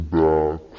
back